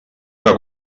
que